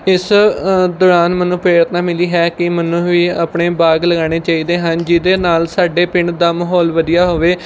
ਇਸ ਦੌਰਾਨ ਮੈਨੂੰ ਪ੍ਰੇਰਨਾ ਮਿਲੀ ਹੈ ਕਿ ਮੈਨੂੰ ਵੀ ਆਪਣੇ ਬਾਗ ਲਗਾਉਣੇ ਚਾਹੀਦੇ ਹਨ ਜਿਹਦੇ ਨਾਲ ਸਾਡੇ ਪਿੰਡ ਦਾ ਮਾਹੌਲ ਵਧੀਆ ਹੋਵੇ